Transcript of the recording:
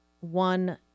one